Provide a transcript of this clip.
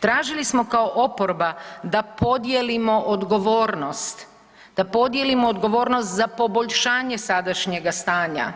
Tražili smo kao oporba da podijelimo odgovornost, da podijelimo odgovornost za poboljšanje sadašnjega stanja,